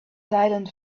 silent